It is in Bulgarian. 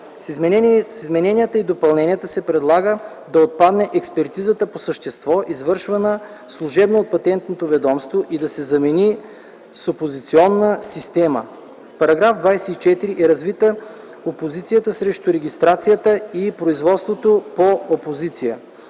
С измененията и допълненията се предлага да отпадне експертизата по същество, извършвана служебно от Патентното ведомство, и да се замени с опозиционна система. В § 24 е развита опозицията срещу регистрацията и производството по опозиция.